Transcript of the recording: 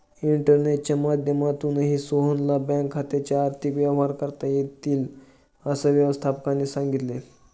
इंटरनेटच्या माध्यमातूनही सोहनला बँक खात्याचे आर्थिक व्यवहार करता येतील, असं व्यवस्थापकाने सांगितले